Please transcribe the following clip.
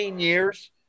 years